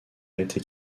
été